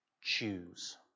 Choose